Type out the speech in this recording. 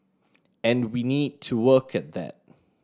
and we need to work at that